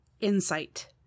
insight